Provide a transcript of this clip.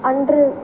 அன்று